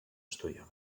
estudiaven